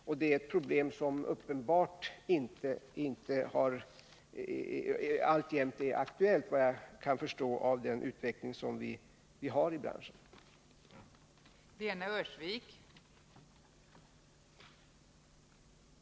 Och det är ett problem som uppenbarligen, vad jag kan förstå av den utveckling som vi har i branschen, alltjämt är aktuellt.